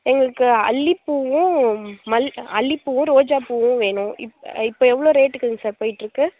எங்களுக்கு அல்லிப்பூவும் அல்லிப்பூவும் ரோஜாப்பூவும் வேணும் இப்போ எவ்வளோ ரேட்டுக்குங்க சார் போய்ட்ருக்கு